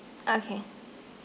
okay